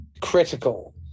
critical